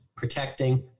Protecting